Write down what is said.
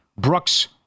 Brooks